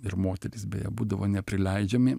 ir moterys beje būdavo neprileidžiami